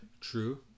true